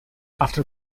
after